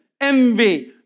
envy